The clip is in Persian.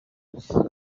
یعنی